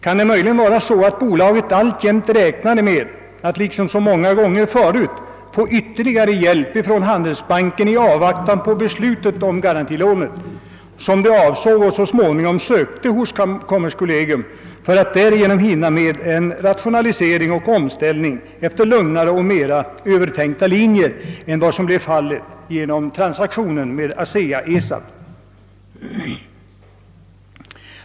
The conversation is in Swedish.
Kan det möjligen vara så, att bolaget alltjämt räknade med att liksom så många gånger förut få ytterligare hjälp från Svenska handelsbanken i avvaktan på beslut om garantilånet, som de så småningom sökte hos kommerskollegium för att genomföra en rationalisering och omställning efter lugnare och mera övertänkta linjer än vad som blev fallet genom transaktionen med ASEA-ESAB?